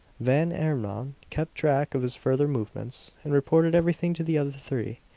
van emmon kept track of his further movements, and reported everything to the other three.